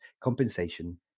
compensation